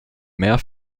mehr